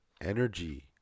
energy